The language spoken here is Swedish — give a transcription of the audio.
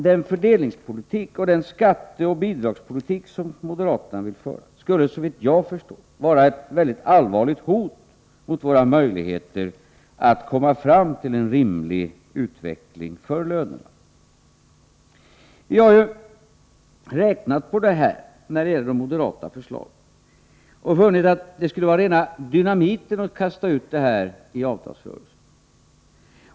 Den fördelningspolitik och den skatteoch bidragspolitik som moderaterna vill föra skulle nämligen, såvitt jag förstår, innebära ett mycket allvarligt hot mot våra möjligheter att komma fram till en rimlig löneutveckling. De beräkningar vi gjort på basis av de moderata förslagen har visat att de skulle utgöra rena dynamiten, om man kastade ut dem i avtalsrörelsen.